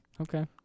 Okay